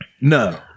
No